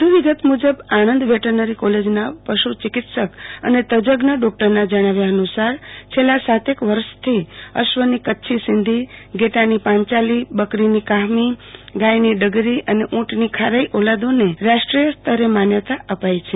વધુ વિગત મુજબ આણંદ વેટરનરી કોલેજના પશુ ચિકિત્ક્ર અને તજજ્ઞ ડોક્ટરના જણાવ્યા અનુસાર છેલ્લા સાતેક વર્ષથી અશ્વની કચ્છી સિંધી ઘેટાની પાંચાલી બકરીની કાહમીગાયની ડગરી અને ઉંટની ખારાઈ ઓલાદોને રાષ્ટ્રીય સ્તરે માન્યતા અપાઈ છે